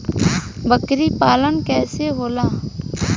बकरी पालन कैसे होला?